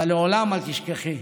אבל לעולם אל תשכחי